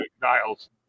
dials